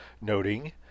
noting